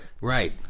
Right